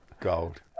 gold